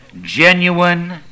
genuine